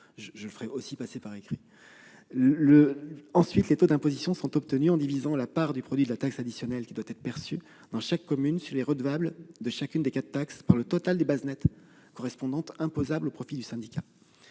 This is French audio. transmettrai tout cela par écrit ... Ensuite, les taux d'imposition sont obtenus en divisant la part du produit de la taxe additionnelle qui doit être perçue dans chaque commune sur les redevables de chacune des quatre taxes par le total des bases nettes correspondantes imposables au profit du syndicat.